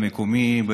המקומי,